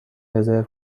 رزرو